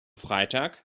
freitag